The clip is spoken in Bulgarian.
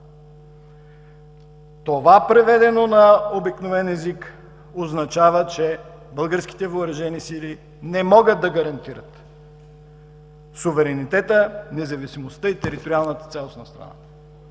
Това, преведено на обикновен език, означава, че българските въоръжени сили не могат да гарантират суверенитета, независимостта и териториалната цялост на страната.